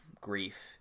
grief